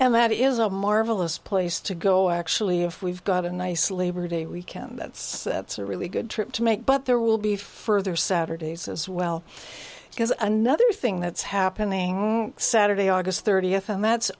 and that is a marvelous place to go actually if we've got a nice labor day weekend that's a really good trip to make but there will be further saturdays as well because another thing that's happening saturday august thirtieth and that's